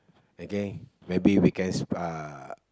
okay maybe we can sp~ uh